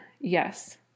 yes